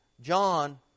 John